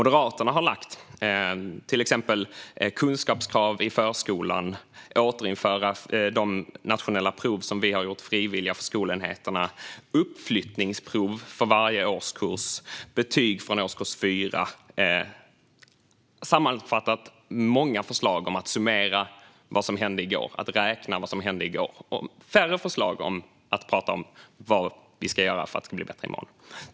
Det är till exempel kunskapskrav i förskolan, återinförande av de nationella prov som vi har gjort frivilliga för skolenheterna, uppflyttningsprov för varje årskurs och betyg från årskurs 4. Sammanfattningsvis är det många förslag om att summera och räkna vad som hände i går och färre förslag om att prata om vad vi ska göra för att det ska bli bättre i morgon.